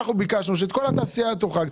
ביקשנו שכל התעשייה תוכל.